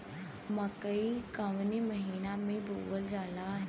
मकई कवने महीना में बोवल जाला?